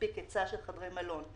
מספיק היצע של חדרי מלון.